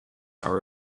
are